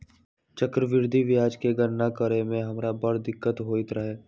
चक्रवृद्धि ब्याज के गणना करे में हमरा बड़ दिक्कत होइत रहै